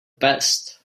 best